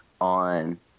on